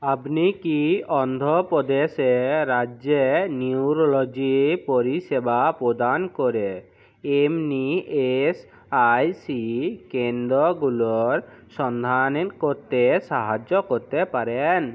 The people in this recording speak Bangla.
আপনি কি অন্ধপ্রদেশ রাজ্যে নিউরোলজি পরিষেবা প্রদান করে এমনি এসআইসি কেন্দ্রগুলোর সন্ধান করতে সাহায্য করতে পারেন